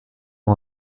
ont